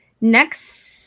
next